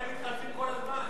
אצלכם מתחלפים כל הזמן,